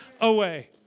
away